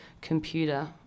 computer